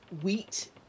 wheat